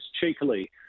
cheekily